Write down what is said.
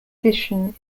condition